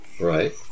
Right